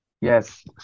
Yes